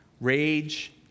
Rage